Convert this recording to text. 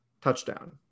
touchdown